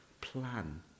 plan